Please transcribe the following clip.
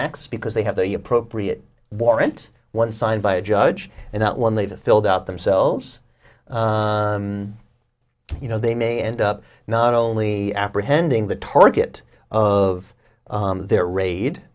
access because they have the appropriate warrant one signed by a judge and not one they've filled out themselves you know they may end up not only apprehending the target of their raid